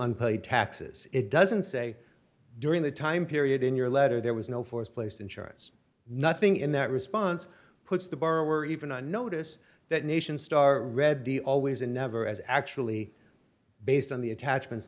unpaid taxes it doesn't say during the time period in your letter there was no force placed insurance nothing in that response puts the borrower even on notice that nation star read the always and never as actually based on the attachments